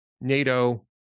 NATO